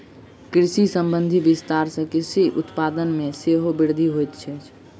कृषि संबंधी विस्तार सॅ कृषि उत्पाद मे सेहो वृद्धि होइत अछि